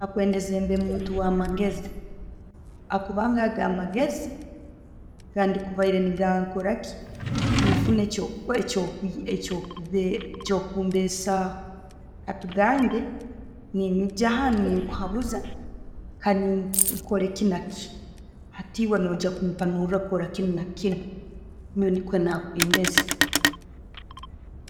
Nakwendeze mbe muntu wamagezi, akubanga ago amageezi, kandi kubaire negankoraki, nenfuna ekyo kumbesaho katugambe nenyigyahano nekuhabuza hanu nkole ki naki haiti ewe noija kumpanura kora kinu nakinu nyonwe nikwo nakwendeze.